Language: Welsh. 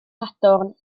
sadwrn